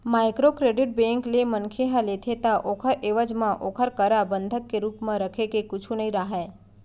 micro credit bank ले मनखे ह लेथे ता ओखर एवज म ओखर करा बंधक के रुप म रखे के कुछु नइ राहय